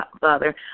Father